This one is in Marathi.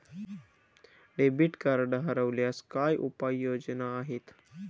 डेबिट कार्ड हरवल्यास काय उपाय योजना आहेत?